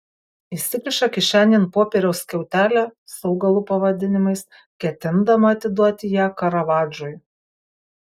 įsikiša kišenėn popieriaus skiautelę su augalų pavadinimais ketindama atiduoti ją karavadžui